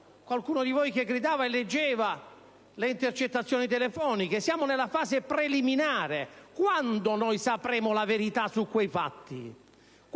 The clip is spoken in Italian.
qualcuno di voi che gridava e leggeva le intercettazioni telefoniche. Siamo nella fase preliminare: quando sapremo la verità su quei fatti?